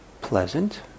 pleasant